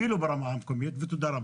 אפילו ברמה המקומית, ותודה רבה.